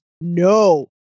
no